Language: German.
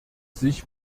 sich